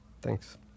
thanks